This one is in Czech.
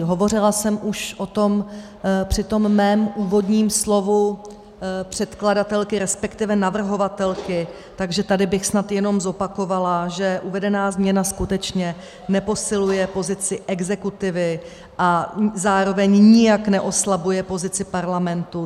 Hovořila jsem už o tom při svém úvodním slovu předkladatelky, resp. navrhovatelky, takže tady bych snad jenom zopakovala, že uvedená změna skutečně neposiluje pozici exekutivy a zároveň nijak neoslabuje pozici Parlamentu.